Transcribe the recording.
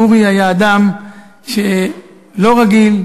אורי היה אדם לא רגיל,